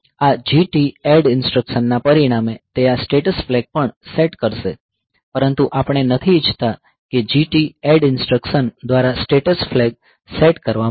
આ GTADD ઇન્સટ્રકશનના પરિણામે તે આ સ્ટેટસ ફ્લેગ પણ સેટ કરશે પરંતુ આપણે નથી ઈચ્છતા કે GTADD ઇન્સટ્રકશન દ્વારા સ્ટેટસ ફ્લેગ સેટ કરવામાં આવે